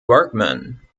bergmann